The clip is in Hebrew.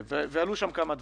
ועלו שם כמה דברים.